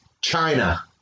China